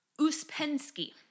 Uspensky